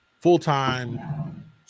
full-time